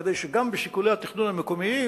כדי שגם בשיקולי התכנון המקומיים,